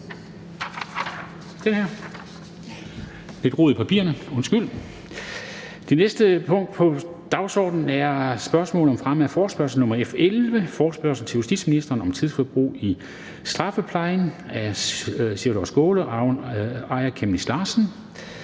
Det næste punkt på dagsordenen er: 6) Spørgsmål om fremme af forespørgsel nr. F 11: Forespørgsel til justitsministeren om tidsforbrug i strafferetsplejen. Af Sjúrður Skaale (JF) og Aaja Chemnitz Larsen